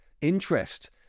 interest